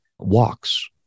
Walks